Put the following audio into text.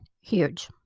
huge